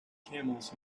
camels